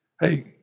Hey